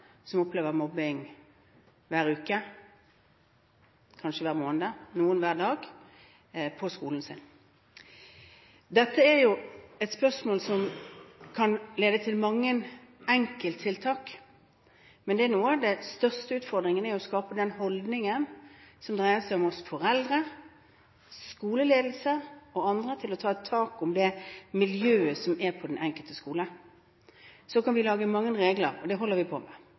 som opplever mobbing hver uke, kanskje hver måned, noen hver dag, på skolen sin. Dette er et spørsmål som kan lede til mange enkelttiltak, men en av de største utfordringene er det å skape en holdning, som dreier seg om oss foreldre, skoleledelse og andre, til å ta tak i miljøet som er på den enkelte skole. Så kan vi lage mange regler, og det holder vi på med.